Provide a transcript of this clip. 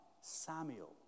Samuel